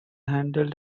handled